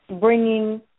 bringing